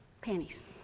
panties